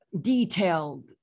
detailed